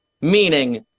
meaning